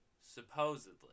supposedly